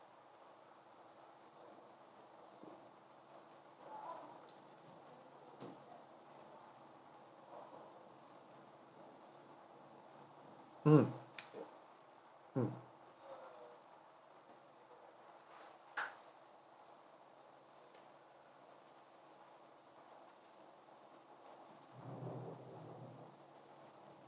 mmhmm mm